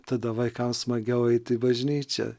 tada vaikam smagiau eit į bažnyčią